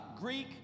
Greek